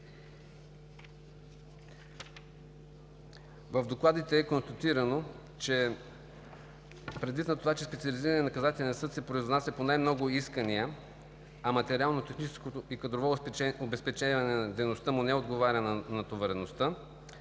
В докладите е констатирано, че предвид на това, че Специализираният наказателен съд се произнася по най-много искания, а материално-техническото и кадрово обезпечение на дейността му не отговаря на натовареността,